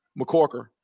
McCorker